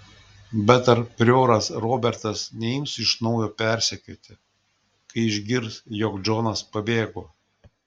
bet ar prioras robertas neims iš naujo persekioti kai išgirs jog džonas pabėgo